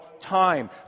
time